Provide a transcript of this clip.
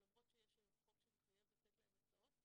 למרות שיש היום חוק שמחייב לתת להם הסעות,